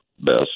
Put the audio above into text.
best